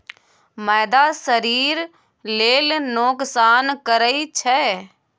मैदा शरीर लेल नोकसान करइ छै